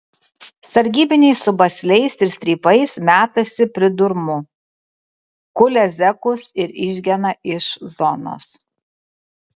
sargybiniai su basliais ir strypais metasi pridurmu kulia zekus ir išgena iš zonos